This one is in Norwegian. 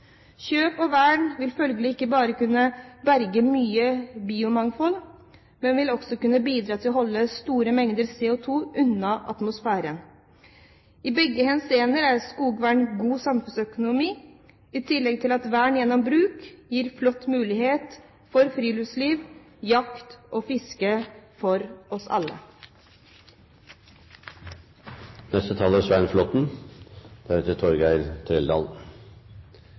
Kjøp og vern vil følgelig ikke bare kunne berge mye biomangfold, men vil også kunne bidra til å holde store mengder CO2 unna atmosfæren. I begge henseender er skogvern god samfunnsøkonomi, i tillegg til at vern gjennom bruk gir flotte muligheter for friluftsliv, jakt og fiske for oss